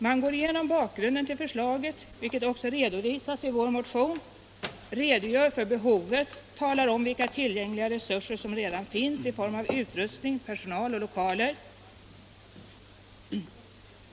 Man går igenom bakgrunden till förslaget, vilken också redovisas i vår motion, redogör för behovet, talar om vilka resurser som redan finns i form av utrustning, personal och lokaler.